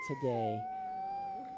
today